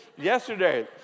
yesterday